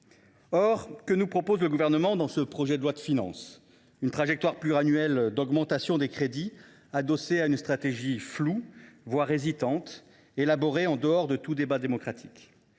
Or que nous propose le Gouvernement dans ce projet de loi de finances ? Une trajectoire pluriannuelle d’augmentation des crédits adossée à une stratégie floue, voire hésitante, élaborée en dehors de tout débat démocratique.